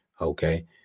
Okay